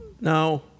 No